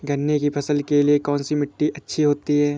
गन्ने की फसल के लिए कौनसी मिट्टी अच्छी होती है?